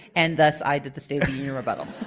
and thus, i did the state of the union rebuttal.